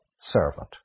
servant